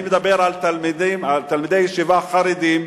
אני מדבר על תלמידי ישיבה חרדים,